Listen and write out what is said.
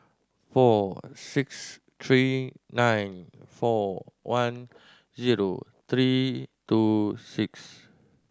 four six three nine four one zero three two six